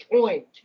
point